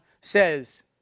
says